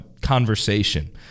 conversation